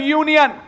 union